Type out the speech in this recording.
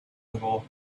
ago